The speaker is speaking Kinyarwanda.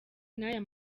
naya